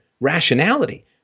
rationality